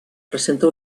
presenta